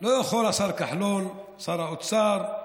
לא יכול השר כחלון, שר האוצר,